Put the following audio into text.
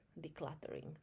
decluttering